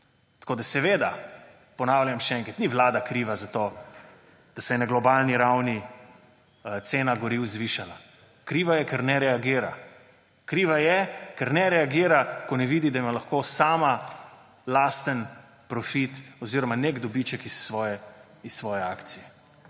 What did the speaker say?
Tako seveda, ponavljam še enkrat, ni Vlada kriva za to, da se je na globalni ravni cena goriv zvišala – kriva je, ker ne reagira. Kriva je, ker ne reagira, ko ne vidi, da ima lahko sama lasten profit oziroma nek dobiček iz svoje akcije.